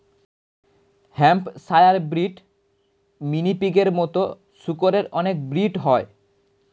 Hampshire breed, mini পিগের মতো শুকরের অনেক ব্রিড হয়